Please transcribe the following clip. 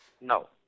No